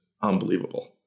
unbelievable